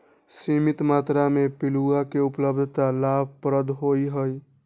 सीमित मत्रा में पिलुआ के उपलब्धता लाभप्रद होइ छइ